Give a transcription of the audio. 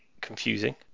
confusing